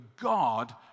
God